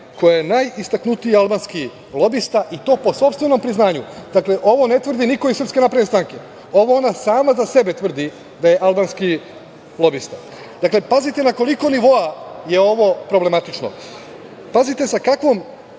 koja je najistaknutiji albanski lobista i to po sopstvenom priznanju. Dakle, ovo ne tvrdi niko iz SNS, ovo ona sama za sebe tvrdi da je albanski lobista. Dakle, pazite na koliko nivoa je ovo problematično. Pazite sa kakvom,